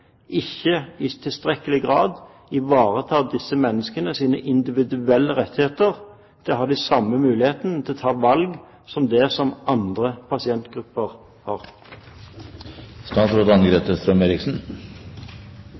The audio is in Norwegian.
ikke i tilstrekkelig grad ivaretar disse menneskenes individuelle rettigheter til å ha den samme muligheten til å ta valg som det andre pasientgrupper